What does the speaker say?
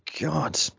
god